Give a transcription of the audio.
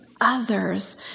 others